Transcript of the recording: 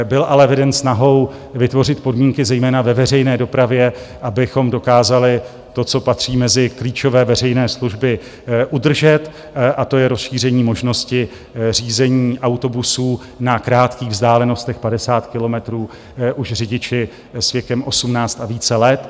Byl ale veden snahou vytvořit podmínky zejména ve veřejné dopravě, abychom dokázali to, co patří mezi klíčové veřejné služby, udržet, a to je rozšíření možnosti řízení autobusů na krátkých vzdálenostech do 50 kilometrů řidiči už s věkem 18 a více let.